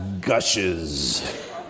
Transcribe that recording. gushes